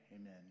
Amen